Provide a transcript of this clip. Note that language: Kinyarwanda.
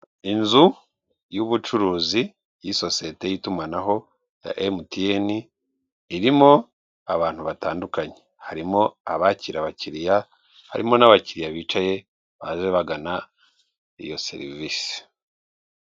Inzu y'ubucuruzi y'isosiyete y'itumanaho ya MTN, irimo abantu batandukanye. harimo abakira abakiriya, harimo n'abakiriya bicaye baje bagana iyo serivisi.